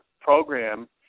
program